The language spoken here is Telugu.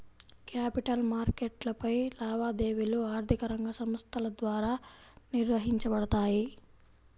క్యాపిటల్ మార్కెట్లపై లావాదేవీలు ఆర్థిక రంగ సంస్థల ద్వారా నిర్వహించబడతాయి